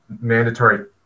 mandatory